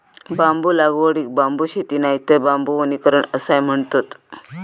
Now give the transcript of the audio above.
बांबू लागवडीक बांबू शेती नायतर बांबू वनीकरण असाय म्हणतत